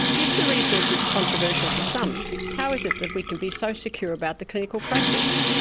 if the research is controversial to some, how is it that we can be so secure about the clinical practice?